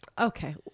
Okay